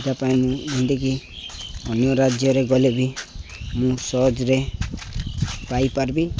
ସେଥିପାଇଁ ମୁଁ ଯେମିତି ଅନ୍ୟ ରାଜ୍ୟକୁ ଗଲେ ବି ମୁଁ ସହଜରେ ପାଇପାରିବି